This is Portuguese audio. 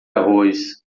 arroz